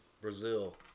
Brazil